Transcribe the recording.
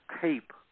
tape